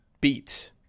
beat